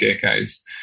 decades